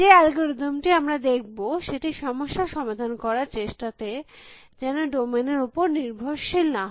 যে অ্যালগরিদম টিআমরা দেখব সেটি সমস্যা সমাধান করার চেষ্টাতে যেন ডোমেইন এর উপর নির্ভরশীল না হয়